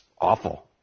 awful